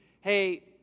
hey